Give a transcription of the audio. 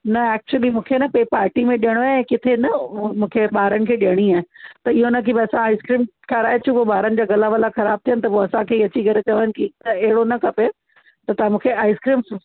न एक्चुअली मुूंखे न पे पार्टी में ॾेयणो आहे किथे न मु मूंखे ॿारनि खे ॾेयणी आहे त इहो न की बसि आइसक्रीम खाराए अचूं पोइ ॿारनि जा गला वला ख़राबु थियनि त पोइ असांखे ई अची करे चवन की न एड़ो न खपे त तव्हां मूंखे आइसक्रीम